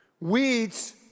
Weeds